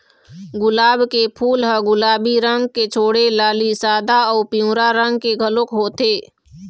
गुलाब के फूल ह गुलाबी रंग के छोड़े लाली, सादा अउ पिंवरा रंग के घलोक होथे